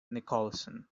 nicholson